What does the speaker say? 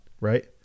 right